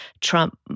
Trump